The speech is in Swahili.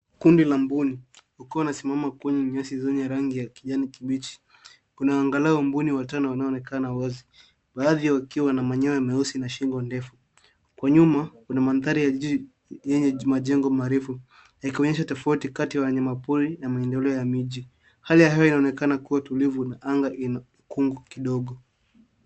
Kundi la mbuni, ukiwa unasimama kwenye nyasi zenye rangi ya kijani kibichi, kuna angalau mbuni watano wanaonekana wazi, baadhi wakiwa na manyoya meusi na shingo ndefu. Kwa nyuma, kuna mandhari ya jiji yenye majengo marefu, yakionyesha tofauti kati ya wanyama pori na miendeleo ya miji. Hali ya hewa inaonekana kuwa tulivu na anga ina kungu kidogo.